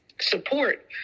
support